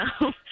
no